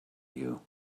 you